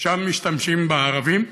שם משתמשים בערבים,